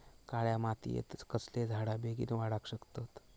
काळ्या मातयेत कसले झाडा बेगीन वाडाक शकतत?